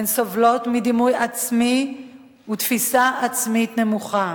הן סובלות מדימוי עצמי ותפיסה עצמית נמוכים.